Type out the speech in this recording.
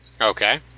okay